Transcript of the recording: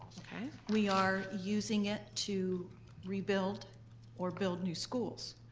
we are using it to rebuild or build new schools.